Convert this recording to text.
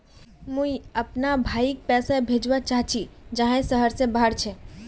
मुई अपना भाईक पैसा भेजवा चहची जहें शहर से बहार छे